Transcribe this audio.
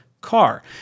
car